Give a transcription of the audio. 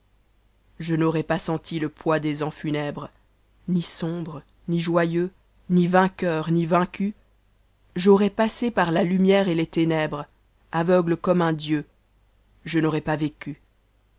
je n'auras pas senti le poids des ans funèbres i sombre ni joyeux ni vainqueur ni vaincu j'aurais passé par la lumière et les ténèbres avengie comme un dieu je n'aurais pas vécu